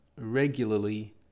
regularly